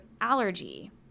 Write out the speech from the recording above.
allergy